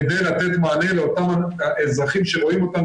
כדי לתת מענה לאותם האזרחים שרואים אותנו